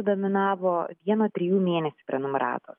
dominavo vieno trijų mėnesių prenumeratos